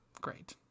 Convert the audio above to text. Great